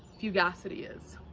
fugacity is.